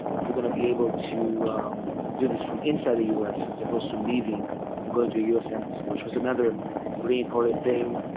you're going to be able to do this from inside the us as opposed to leaving and going to a us embassy, which was another really important thing.